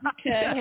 okay